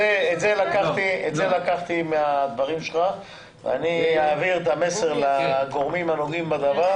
את הדברים האלה שלך לקחתי ואני אעביר לגורמים הנוגעים בדבר.